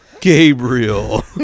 Gabriel